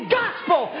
gospel